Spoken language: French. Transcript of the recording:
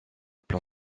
plan